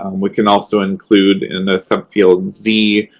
um we can also include, in the subfield z,